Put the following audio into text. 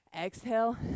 exhale